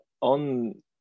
on